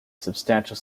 substantial